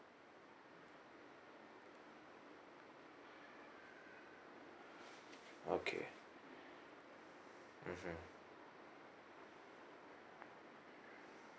okay mm hmm